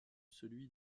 celui